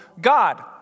God